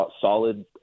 solid